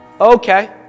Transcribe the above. Okay